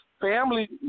family